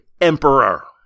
emperor